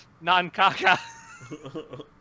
Non-caca